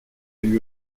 elle